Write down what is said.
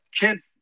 kids